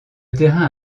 terrain